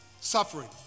Suffering